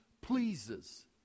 pleases